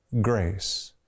grace